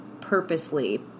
purposely